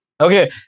Okay